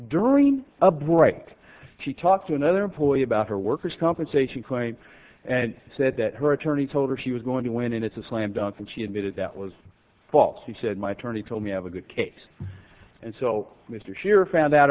during a break she talked to another employee about her worker's compensation claim and said that her attorney told her she was going to win and it's a slam dunk and she admitted that was false she said my attorney told me have a good case and so mr scherer found out